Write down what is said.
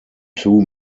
two